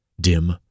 dim